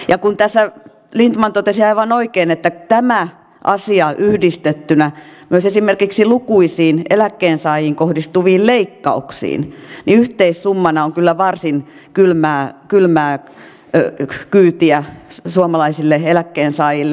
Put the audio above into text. ja kuten tässä lindtman totesi aivan oikein kun tämä asia yhdistetään myös esimerkiksi lukuisiin eläkkeensaajiin kohdistuviin leikkausiin niin yhteissummana on kyllä varsin kylmää kyytiä suomalaisille eläkkeensaajille